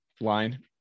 line